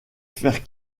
faire